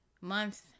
month